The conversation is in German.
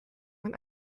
man